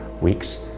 weeks